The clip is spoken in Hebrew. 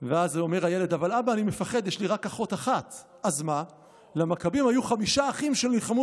שואל הילד: מה, אבא, המכבים היו מתנחלים?